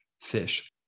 fish